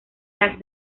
las